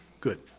good